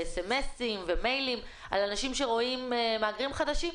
מסרונים ומיילים על אנשים שרואים מהגרים חדשים,